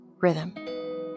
rhythm